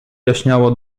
jaśniało